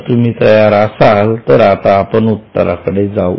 जर तुम्ही तयार असाल तर आपण उत्तराकडे जाऊ